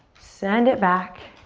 send it back.